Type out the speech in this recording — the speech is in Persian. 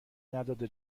نداده